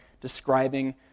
describing